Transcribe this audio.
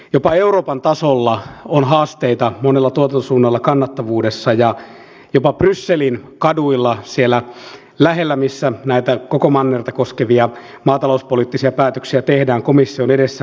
jopa euroopan tasolla on haasteita monilla tuotantosuunnilla kannattavuudessa ja jopa brysselin kaduilla siellä lähellä missä määtän koko mannerta koskevia maatalouspoliittisia päätöksiä tehdään komission edessä